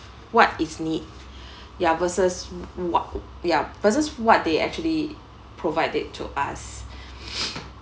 what is need ya versus w~ wa~ ya versus what they actually provided to us